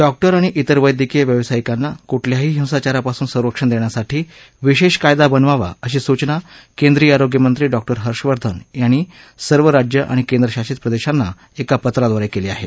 doctor आणि तिर वैद्यकीय व्यवसायिकांना कुठल्याही हिंसाचारा पासून संरक्षण देण्यासाठी विशेष कायदा बनवावा अशी सूचना केंद्रीय आरोग्य मंत्री डॉक्टर हर्षवर्धन यांनी सर्व राज्य आणि केंद्रशासित प्रदेशांना एका पत्राद्वारे केली आहे